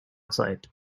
site